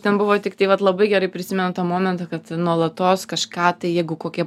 ten buvo tiktai vat labai gerai prisimenu tą momentą kad nuolatos kažką tai jeigu kokie